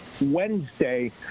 Wednesday